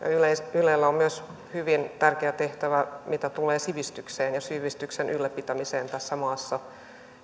ylellä on myös hyvin tärkeä tehtävä mitä tulee sivistykseen ja sivistyksen ylläpitämiseen tässä maassa